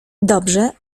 dobrze